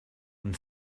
and